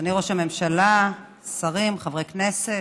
אדוני ראש הממשלה, שרים, חברי כנסת,